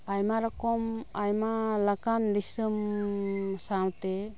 ᱟᱭᱢᱟ ᱨᱚᱠᱚᱢ ᱟᱭᱢᱟ ᱞᱮᱠᱟᱱ ᱫᱤᱥᱚᱢ ᱥᱟᱶᱛᱮ